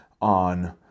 on